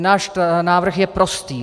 Náš návrh je prostý.